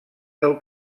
del